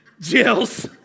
Jill's